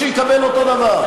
שיקבל אותו דבר.